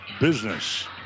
business